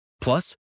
Plus